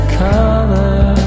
color